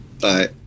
Bye